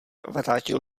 vrátil